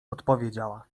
odpowiedziała